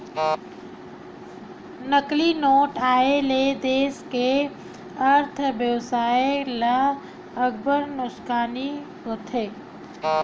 नकली नोट आए ले देस के अर्थबेवस्था ल अब्बड़ नुकसानी होथे